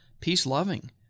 peace-loving